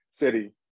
City